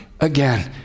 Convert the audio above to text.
Again